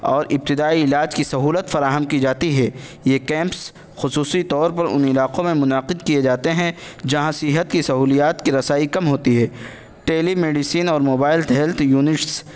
اور ابتدائی علاج کی سہولت فراہم کی جاتی ہے یہ کیمپس خصوصی طور پر ان علاقوں میں منعقد کیے جاتے ہیں جہاں صحت کی سہولیات کی رسائی کم ہوتی ہے ٹیلی میڈیسن اور موبائل ہیلتھ یونٹس